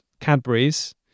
Cadbury's